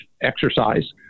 exercise